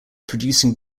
producing